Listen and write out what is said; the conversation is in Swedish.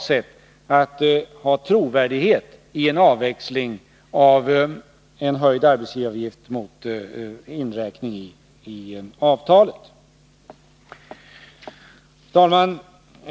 sätt förändrar möjligheterna till trovärdighet i en avväxling av en höjd arbetsgivaravgift mot inräkning i avtalet. Fru talman!